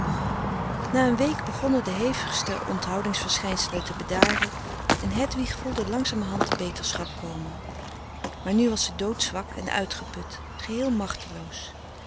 na een week begonnen de hevigste onthoudingsverschijnselen te bedaren en hedwig voelde langzamerhand de beterschap komen maar nu was ze doodzwak en uitgeput geheel machteloos